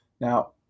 Now